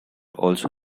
also